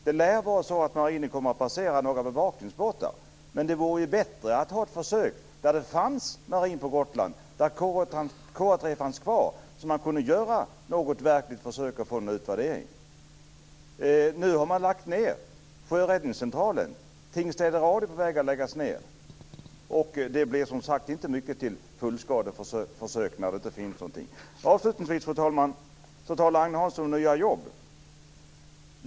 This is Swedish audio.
Det lär vara så att marinen kommer att placera ut några bevakningsbåtar, men det vore bättre om det gjordes ett försök vid en marin närvaro på Gotland och med KA 3 kvar, så att man kunde göra något verkligt försök och få till stånd en utvärdering. Man har nu lagt ned sjöräddningscentralen, och Tingstäde radio är på väg att läggas ned. Det blir, som sagt, inte mycket till fullskaleförsök när så mycket är borta. Avslutningsvis, fru talman, talar Agne Hansson om nya jobb.